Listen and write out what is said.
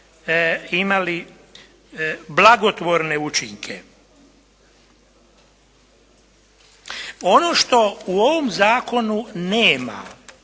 imali blagotvorne učinke. Ono što u ovom zakonu nema,